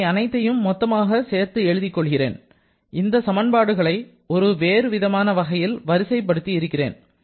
இவை அனைத்தையும் மொத்தமாக சேர்த்து எடுத்துக் கொள்கிறேன் இந்த சமன்பாடுகளை ஒரு வேறுவிதமான வகையில் வரிசைப்படுத்தி இருக்கிறேன்